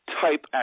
type